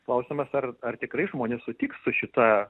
klausimas ar ar tikrai žmonės sutiks su šita